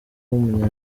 w’umunya